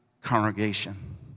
congregation